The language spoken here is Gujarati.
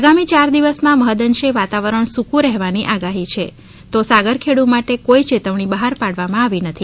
આગામી ચાર દિવસમાં મહૃદ અંશે વાતાવરણ સૂકં રહેવાની આગાહી છે તો સાગરખેડુ માટે કોઈ ચેતવણી બહાર પાડવામાં આવી નથી